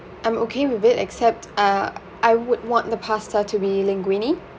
I'm okay with it except uh I would want the pasta to be linguine